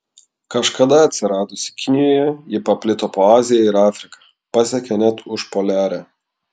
kažkada atsiradusi kinijoje ji paplito po aziją ir afriką pasiekė net užpoliarę